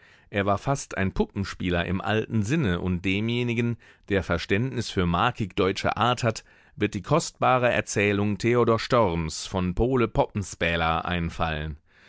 er war fast ein puppenspieler im alten sinne und demjenigen der verständnis für markig deutsche art hat wird die kostbare erzählung theodor storms von pole poppenspäler einfallen